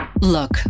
Look